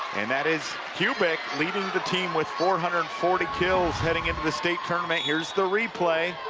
and that is kubik leading the team with four hundred and forty kills, heading into the state tournament here's the replay.